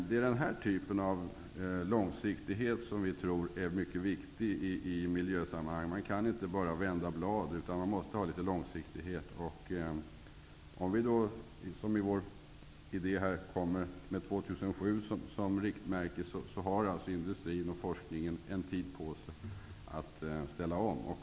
Det är den här typen av långsiktighet som vi tror är mycket viktig i miljösammanhang. Man kan inte bara vända blad, utan man måste ha litet långsiktighet. Vår idé att komma med år 2007 som riktmärke innebär att industrin och forskningen har en tid på sig att ställa om.